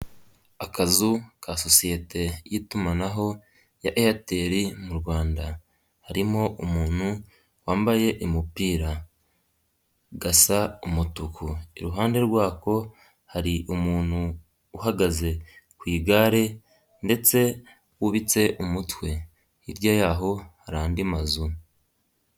Akazu ka sosiyete y'itumanaho ya Eyateli mu Rwanda, harimo umuntu wambaye umupira, gasa umutuku, iruhande rwako hari umuntu uhagaze ku igare ndetse wubitse umutwe, hirya y'aho hari andi mazu.